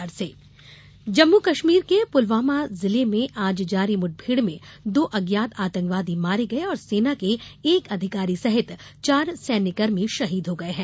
जम्मू कश्मीर मुठभेड जम्मू कश्मीर के पुलवामा जिले में आज जारी मुठभेड़ में दो अज्ञात आतंकवादी मारे गए और सेना के एक अधिकारी सहित चार सैन्यकर्मी शहीद हो गए हैं